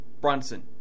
Brunson